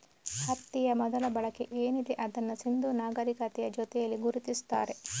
ಹತ್ತಿಯ ಮೊದಲ ಬಳಕೆ ಏನಿದೆ ಅದನ್ನ ಸಿಂಧೂ ನಾಗರೀಕತೆಯ ಜೊತೇಲಿ ಗುರುತಿಸ್ತಾರೆ